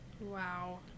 Wow